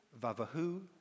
Vavahu